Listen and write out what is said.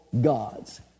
gods